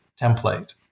template